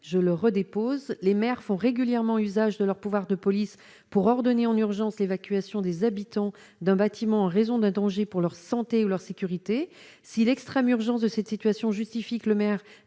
je le redéposera les maires font régulièrement usage de leurs pouvoirs de police pour ordonner en urgence l'évacuation des habitants d'un bâtiment en raison d'un danger pour leur santé et leur sécurité si l'extrême urgence de cette situation justifie que le maire